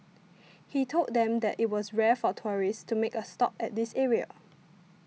he told them that it was rare for tourists to make a stop at this area